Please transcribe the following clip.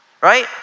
right